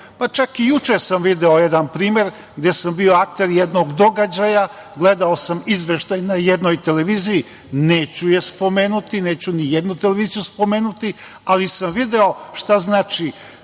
Čak i juče sam video jedan primer gde sam bio akter jednog događaja, gledao sam izveštaj na jednoj televiziji, neću je spomenuti, neću ni jednu televiziju spomenuti, ali sam video šta znači